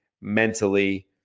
mentally